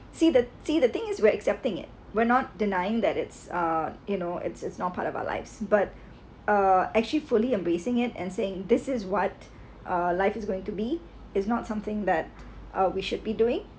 see the see the thing is we're accepting it we're not denying that it's uh you know it's it's not part of our lives but uh actually fully embracing it and saying this is what uh life is going to be is not something that uh we should be doing